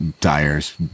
tires